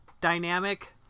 dynamic